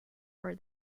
for